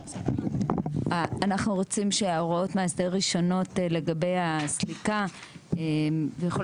אנחנו רוצים שהוראות מאסדר ראשונות לגבי הסליקה ויכול